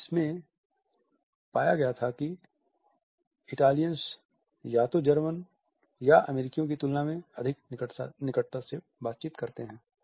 और जिसने पाया गया था कि इटालियंस या तो जर्मन या अमेरिकियों की तुलना में अधिक निकटता से बातचीत करते हैं